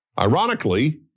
Ironically